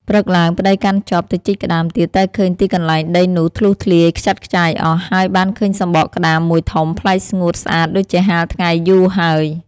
ព្រឹកឡើង ប្ដីកាន់ចបទៅជីកក្ដាមទៀត តែឃើញទីកន្លែងដីនោះធ្លុះធ្លាយខ្ចាត់ខ្ចាយអស់ ហើយបានឃើញសំបកក្ដាមមួយធំប្លែកស្ងួតស្អាតដូចជាហាលថ្ងៃយូរហើយ។